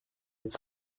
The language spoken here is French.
êtes